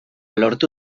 lortu